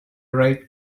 ripe